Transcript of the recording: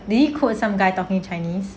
did you code some guy talking chinese